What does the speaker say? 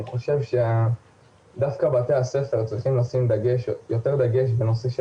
אני חושב שדווקא בתי הספר צריכים לשים יותר דגש בנושא של